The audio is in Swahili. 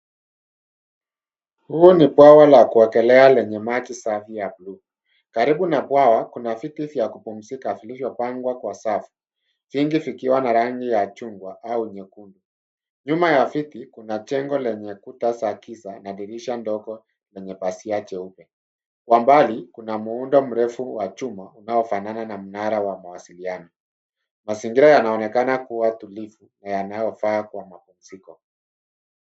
Huu ni bwawa la kuogelea lenye maji safi ya bulu, karibu na bwawa kuna viti vya kupumzika vilivyopangwa kwa safu vingi vikiwa na rangi ya chungwa au nyekundu, nyuma ya viti Kuna chengo lenye kuta za kiza na dirisha ndogo lenye pasia cheupe kwa mbali kuna muhundo mrefu wa chuma unaofanana na mnara wa mawasiliano, mazingira yanaonekana kuwa tulifu na yanayofaa kwa mapumziko